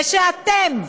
ושאתם,